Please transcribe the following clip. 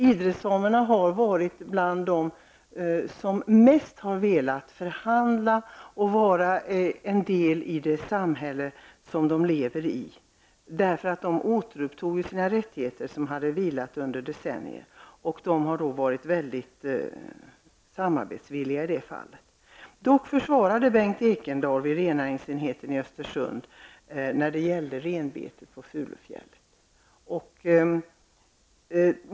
Idresamerna har varit de som mest har velat förhandla och vara en del i det samhälle som de lever i, därför att de har återtagit sina rättigheter som hade vilat under decennier. De har varit väldigt samarbetsvilliga i det fallet. Bengt Ekendahl vid rennäringsenheten i Östersund försvarade renbetet på Furufjällen.